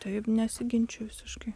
taip nesiginčiju visiškai